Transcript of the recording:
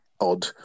odd